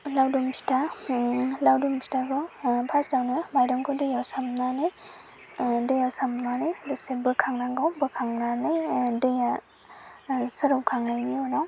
लावदुम फिथा लावदुम फिथाखौ पास्ट आवनो माइरंखौ दैयाव सोमनानै दैयाव सोमनानै दसे बोखांनांगौ बोखांनानै दैया सरखांनायनि उनाव